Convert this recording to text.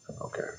Okay